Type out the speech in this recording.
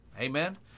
Amen